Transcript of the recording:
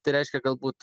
tai reiškia galbūt